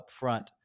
upfront